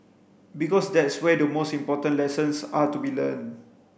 because that's where the most important lessons are to be learnt